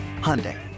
Hyundai